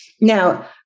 Now